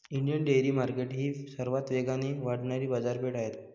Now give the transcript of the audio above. Indian dairy market ही सर्वात वेगाने वाढणारी बाजारपेठ आहे